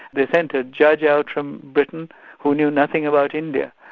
they sent a judge out from britain who knew nothing about india,